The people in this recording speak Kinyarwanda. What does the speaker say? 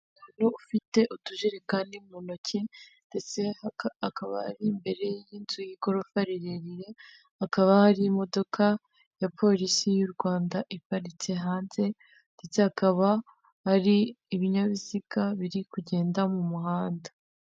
Umuntu ufite utujerekani mu ntoki ndetse akaba ari imbere y'inzu y'igorofa rirerire, hakaba hari imodoka ya polisi y'u Rwanda iparitse hanze ndetse hakaba hari ibinyabiziga biri kugenda mu muhanda.